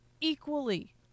equally